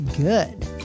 good